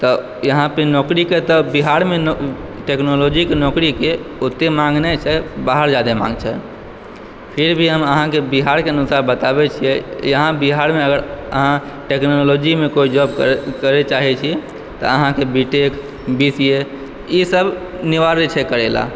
तऽ यहाँ पे नौकरी करतअ बिहारमे टेक्नोलोजी के नौकरीके ओते मांग नहि छै बाहर जादा मांग छै फिर भी हम अहाँके बिहार के अनुसार बताबै छियै यहाँ बिहारमे अगर अहाँ टेक्नोलोजी मे कोइ जॉब करयै चाहै छी तऽ अहाँके B tech B C A ई सब अनिवार्य छै करै लऽ